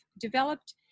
developed